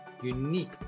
unique